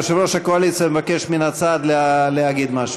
יושב-ראש הקואליציה מבקש מן הצד להגיד משהו.